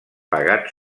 pagat